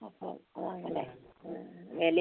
അപ്പോൾ അത് അങ്ങനെ ആണ് അല്ലേ